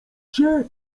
się